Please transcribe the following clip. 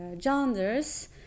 genres